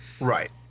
Right